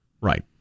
Right